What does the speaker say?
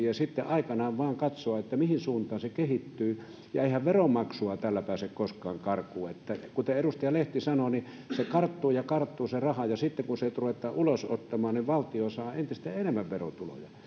ja sitten aikanaan vain katsoa mihin suuntaan se kehittyy ja eihän veronmaksua tällä pääse koskaan karkuun kuten edustaja lehti sanoi se raha karttuu ja karttuu ja sitten kun sitä ruvetaan ulos ottamaan niin valtio saa entistä enemmän verotuloja